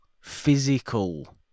physical